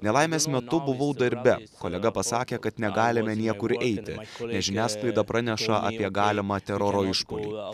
nelaimės metu buvau darbe kolega pasakė kad negalime niekur eiti nes žiniasklaida praneša apie galimą teroro išpuolį